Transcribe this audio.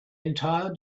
entire